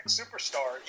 superstar